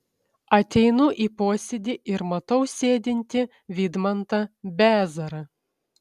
ateinu į posėdį ir matau sėdintį vidmantą bezarą